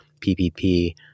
PPP